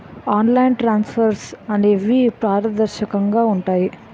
online transfers అనేవి పారదర్శకంగా ఉంటాయి